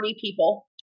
people